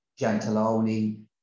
Gentiloni